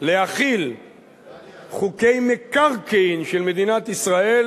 להחיל חוקי מקרקעין של מדינת ישראל